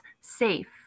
safe